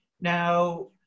Now